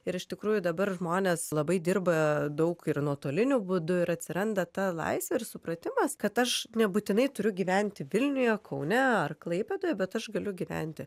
ir iš tikrųjų dabar žmonės labai dirba daug ir nuotoliniu būdu ir atsiranda ta laisvė ir supratimas kad aš nebūtinai turiu gyventi vilniuje kaune ar klaipėdoje bet aš galiu gyventi